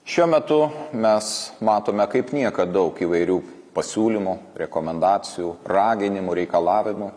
šiuo metu mes matome kaip niekad daug įvairių pasiūlymų rekomendacijų raginimų reikalavimų